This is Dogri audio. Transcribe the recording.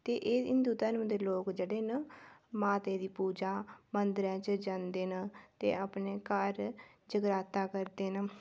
ते एह् हिन्दू धर्म दे लोक जेह्डे न माता दी पूजा मंदरें च जदें न अपने घर जगराता करदे न